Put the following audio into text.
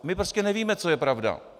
My prostě nevíme, co je pravda.